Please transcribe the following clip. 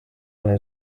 olen